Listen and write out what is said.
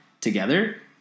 together